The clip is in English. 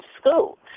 school